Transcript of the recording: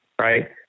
right